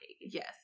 Yes